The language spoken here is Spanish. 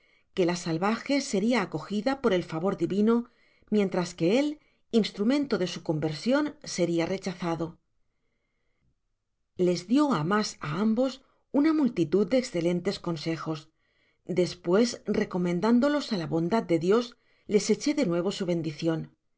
que la salvaje seria acogida por el favor divino mientras que él instrumento de su conversion seria rechazado les dio á mas á ambos una multitud de escelentes consejos despues recomendándolos á la bondad de dios les eché de nuevo su bendicion